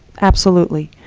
absolutely.